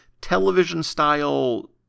television-style